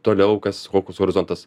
toliau kas kokius horizontas